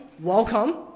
welcome